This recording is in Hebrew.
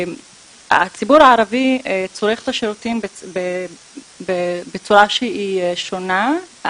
הציבור הערבי צורך את השירותים בצורה שהיא שונה,